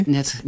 Net